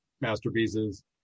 masterpieces